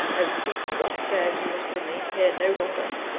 i will speak to you up-stairs you must remain here no longer.